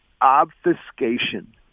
obfuscation